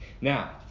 Now